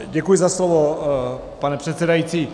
Děkuji za slovo, pane předsedající.